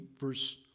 verse